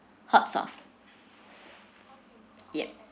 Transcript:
hot sauce yup